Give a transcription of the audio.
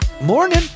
Morning